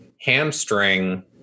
hamstring